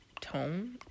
tone